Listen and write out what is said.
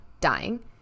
dying